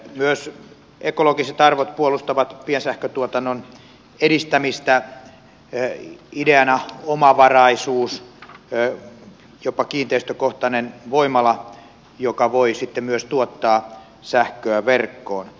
myös ekologiset arvot puolustavat piensähkötuotannon edistämistä ideana omavaraisuus jopa kiinteistökohtainen voimala joka voi sitten myös tuottaa sähköä verkkoon